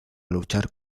luchar